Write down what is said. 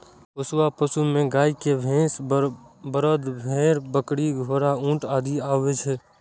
पोसुआ पशु मे गाय, भैंस, बरद, भेड़, बकरी, घोड़ा, ऊंट आदि आबै छै